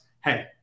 hey